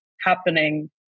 happening